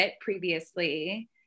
previously